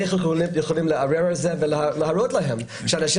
איך יכולים לערער על זה ולהראות להם שהאנשים